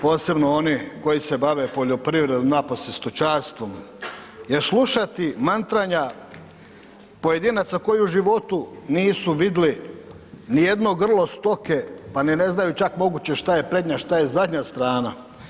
Posebno oni koji se bave poljoprivredom napose stočarstvom jer slušati mantranja pojedinaca koji u životu nisu vidjeli nijedno grlo stoke pa ni ne znaju čak moguće šta je prednja šta je zadnja strana.